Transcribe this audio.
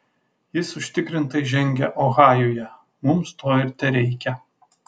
jis užtikrinai žengia ohajuje mums to ir tereikia